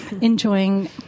enjoying